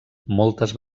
moltes